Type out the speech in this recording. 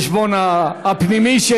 אדוני היושב-ראש,